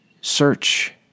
Search